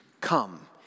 Come